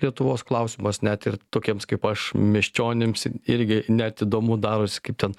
lietuvos klausimas net ir tokiems kaip aš miesčionims irgi net įdomu darosi kaip ten